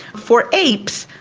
for apes,